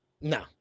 No